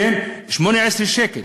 18 שקלים